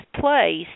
placed